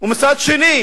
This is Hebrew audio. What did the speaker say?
ומצד שני